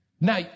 Now